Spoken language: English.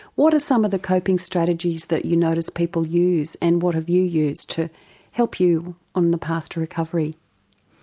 what are some of the coping strategies that you notice people use and what have you used to help you on the path to recovery?